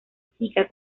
chica